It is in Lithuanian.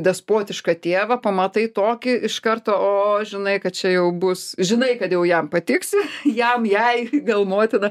despotišką tėvą pamatai tokį iš karto o žinai kad čia jau bus žinai kad jau jam patiksi jam jai gal motina